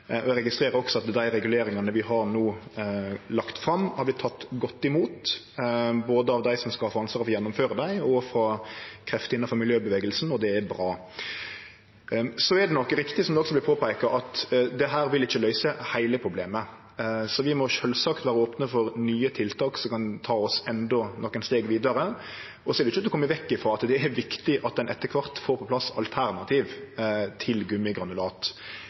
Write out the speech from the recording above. Eg registrerer òg at dei reguleringane vi no har lagt fram, har vorte tekne godt imot både av dei som skal få ansvaret for å gjennomføre dei, og av krefter innanfor miljøbevegelsen. Det er bra. Så er det nok riktig som òg vert peikt på, at dette ikkje vil løyse heile problemet. Så vi må sjølvsagt vere opne for nye tiltak som kan ta oss endå nokre steg vidare. Og så er det ikkje til å kome vekk frå at det er viktig at ein etter kvart får på plass alternativ til gummigranulat.